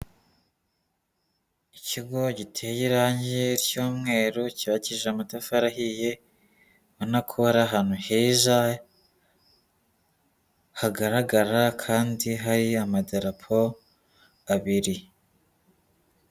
Ikigo giteye irange ry'umweru, cyubakishije amatafari ahiye, ubona ko ari ahantu heza, hagaragara kandi hari amadarapo abiri.